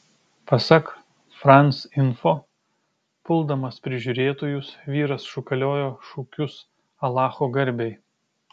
pasak france info puldamas prižiūrėtojus vyras šūkaliojo šūkius alacho garbei